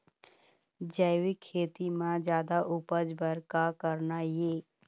जैविक खेती म जादा उपज बर का करना ये?